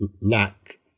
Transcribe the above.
lack